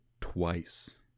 twice